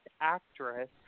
Actress